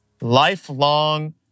lifelong